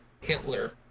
Hitler